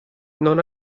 non